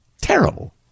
Terrible